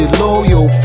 loyal